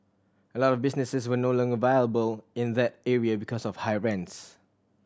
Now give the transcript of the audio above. a lot of businesses were no longer viable in that area because of high rents